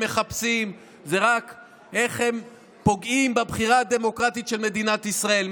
מחפשים זה רק איך הם פוגעים בבחירה הדמוקרטית של מדינת ישראל,